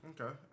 okay